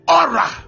aura